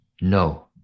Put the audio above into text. No